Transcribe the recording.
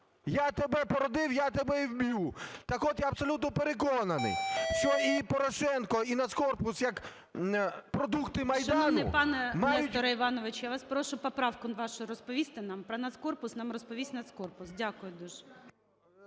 "Я тебе породив, я тебе і вб'ю". Так от, я абсолютно переконаний, що і Порошенко, і "Нацкорпус" як продукти Майдану мають… ГОЛОВУЮЧИЙ. Шановний пане Несторе Івановичу, я вас прошу поправку вашу розповісти нам. Про "Нацкорпус" нам розповість "Нацкорпус". Дякую дуже.